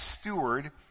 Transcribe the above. steward